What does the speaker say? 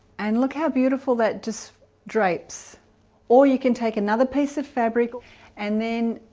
and look how beautiful that just drapes or you can take another piece of fabric and then